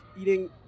eating